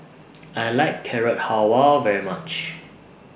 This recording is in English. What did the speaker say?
I like Carrot Halwa very much